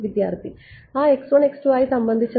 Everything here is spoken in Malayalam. വിദ്യാർത്ഥി ആ x 1 x 2 ആയി സംബന്ധിച്ചതാണോ